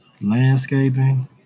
landscaping